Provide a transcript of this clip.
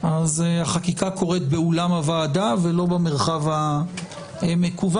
החקיקה קורית באולם הוועדה ולא במרחב המקוון,